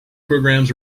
programs